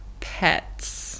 pets